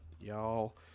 y'all